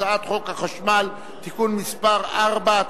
הצעת חוק החשמל (תיקון מס' 4),